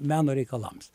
meno reikalams